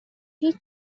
هیچ